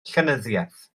llenyddiaeth